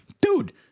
Dude